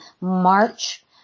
March